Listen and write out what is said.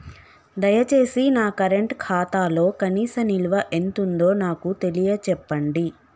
దయచేసి నా కరెంట్ ఖాతాలో కనీస నిల్వ ఎంతుందో నాకు తెలియచెప్పండి